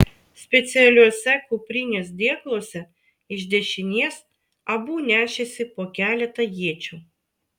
specialiuose kuprinės dėkluose iš dešinės abu nešėsi po keletą iečių